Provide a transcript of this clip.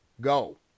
go